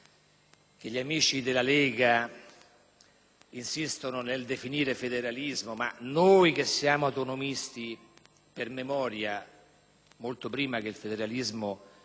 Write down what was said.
che gli amici della Lega insistono nel definire federalismo, ma che noi che siamo autonomisti per memoria (da molto prima che nascesse il federalismo)